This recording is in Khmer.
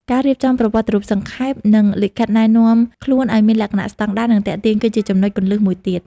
ការរៀបចំប្រវត្តិរូបសង្ខេប និងលិខិតណែនាំខ្លួនឲ្យមានលក្ខណៈស្តង់ដារ និងទាក់ទាញ គឺជាចំណុចគន្លឹះមួយទៀត។